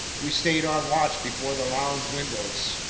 we stayed on watch before the lounge windows,